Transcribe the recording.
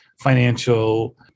financial